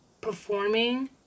performing